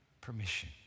permission